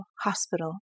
hospital